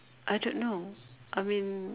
I don't know I mean